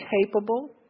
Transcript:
capable